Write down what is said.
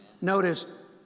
Notice